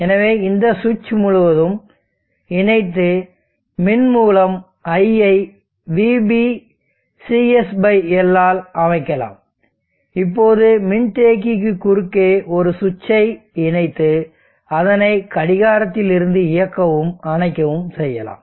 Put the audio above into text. எனவே இந்த சுவிட்ச் முழுவதும் இணைத்து மின் மூலம் I ஐ VB CS L இல் அமைக்கலாம் இப்போது மின்தேக்கிக்கு குறுக்கே ஒரு சுவிட்சை இணைத்து அதனை கடிகாரத்தில் இருந்து இயக்கவும் அணைக்கவும் செய்யலாம்